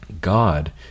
God